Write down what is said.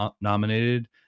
nominated